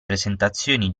presentazioni